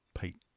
Pete